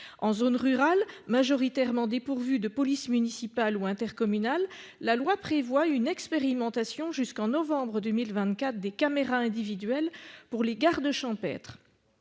en zone rurale majoritairement dépourvu de polices municipales ou intercommunales, la loi prévoit une expérimentation jusqu'en novembre 2024. Des caméras individuelles pour les gardes champêtre.